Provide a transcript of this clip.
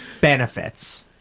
benefits